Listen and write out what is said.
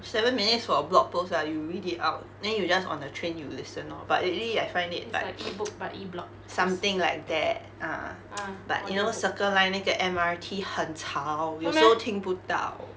seven minutes for a blogpost lah you read it out then you just on the train you listen lor but lately I find it like something like that a'ah but you know circle line 那个 M_R_T 很吵有时候听不到